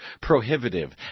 prohibitive